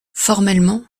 formellement